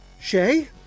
Shay